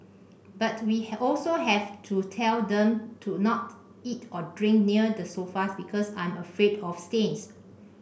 but we also have to tell them to not eat or drink near the sofas because I'm afraid of stains